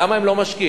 למה הם לא משקיעים?